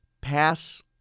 pass